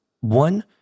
one